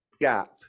gap